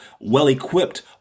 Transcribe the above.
well-equipped